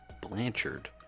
Blanchard